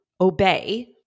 obey